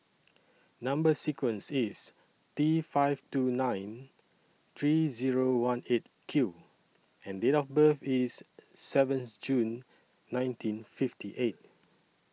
Number sequence IS T five two nine three Zero one eight Q and Date of birth IS seventh June nineteen fifty eight